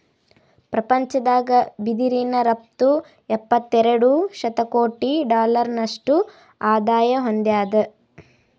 ಪ್ರಪಂಚದಾಗ್ ಬಿದಿರಿನ್ ರಫ್ತು ಎಪ್ಪತ್ತೆರಡು ಶತಕೋಟಿ ಡಾಲರ್ನಷ್ಟು ಆದಾಯ್ ಹೊಂದ್ಯಾದ್